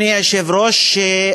אדוני היושב-ראש,